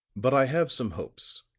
but i have some hopes.